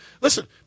listen